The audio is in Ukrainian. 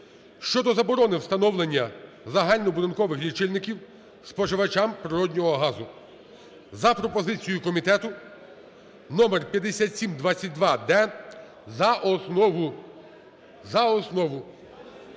(щодо заборони встановлення загальнобудинкових лічильників споживачам природного газу) за пропозицією комітету, номер 5722-д за основу,